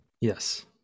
Yes